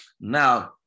Now